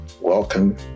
Welcome